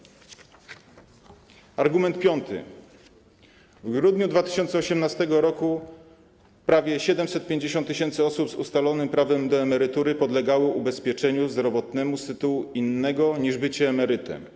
Argument czwarty: w grudniu 2018 r. prawie 750 tys. osób z ustalonym prawem do emerytury podlegało ubezpieczeniu zdrowotnemu z tytułu innego niż bycie emerytem.